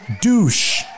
douche